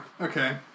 Okay